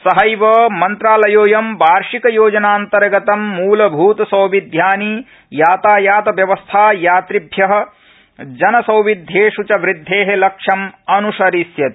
सहैव मन्त्रालयोऽयं वार्षिक योजनान्तर्गतं मूलभूत सौविध्यानि यातायात व्यवस्था यात्रिभ्य जन सौविध्येष् च वृध्दे लक्ष्यमपि अन्सरिष्यति